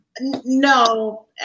No